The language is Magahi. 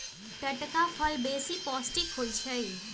टटका फल बेशी पौष्टिक होइ छइ